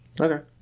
Okay